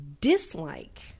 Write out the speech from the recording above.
dislike